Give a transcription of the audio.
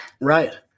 Right